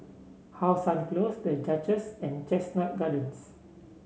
How Sun Close The Duchess and Chestnut Gardens